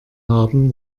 haben